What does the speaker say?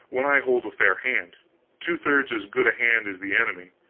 when i hold a fair hand two-thirds as good a hand as the enemy.